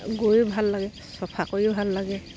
গৈয়ো ভাল লাগে চফা কৰিও ভাল লাগে